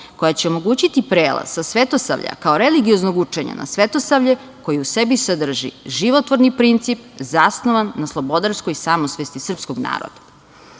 koja će omogućiti prelaz sa Svetosavlja kao religioznog učenja na Svetosavlje koje u sebi sadrži životvorni princip zasnovan na slobodarskoj samosvesti srpskog naroda. Sveta